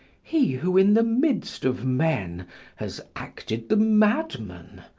he who in the midst of men has acted the madman,